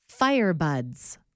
Firebuds